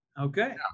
Okay